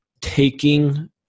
taking